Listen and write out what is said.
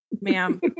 ma'am